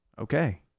Okay